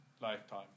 lifetime